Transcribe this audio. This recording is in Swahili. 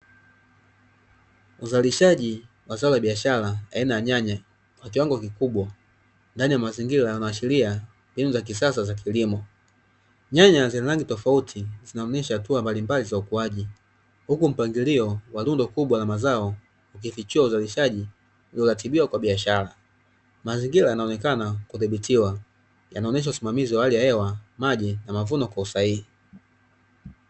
Uzalishaji wa zao la biashara aina ya nyanya kwa kiwango kikubwa, ndani ya mazingira, yanayoashiria mbinu za kisasa za kilimo. Nyanya zina rangi tofauti, zinaonyesha hatua mbalimbali za ukuaji, huku mpangilio wa rundo kubwa la mazao ikifichua uzalishaji ulioratibiwa kwa biashara. Mazingira yanaonekana kudhibitiwa, yanaonesha usimamizi wa hali ya hewa, maji na mavuno kwa usahihi.